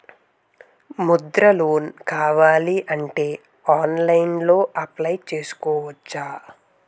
Mudra loan కావాలి అంటే ఆన్లైన్లో అప్లయ్ చేసుకోవచ్చా?